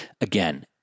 Again